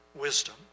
wisdom